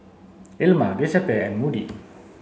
Ilma Giuseppe and Moody